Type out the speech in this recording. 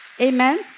Amen